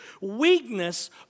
Weakness